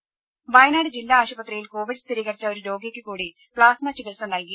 രുദ വയനാട് ജില്ലാ ആശുപത്രിയിൽ കോവിഡ് സ്ഥിരീകരിച്ച ഒരു രോഗിക്ക് കൂടി പ്ലാസ്മ ചികിത്സ നൽകി